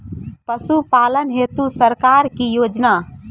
पशुपालन हेतु सरकार की योजना?